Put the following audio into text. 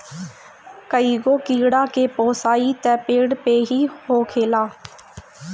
कईगो कीड़ा के पोसाई त पेड़ पे ही होखेला